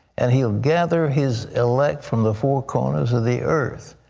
and he'll gather his elect from the four corners of the earth.